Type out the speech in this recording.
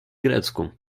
grecku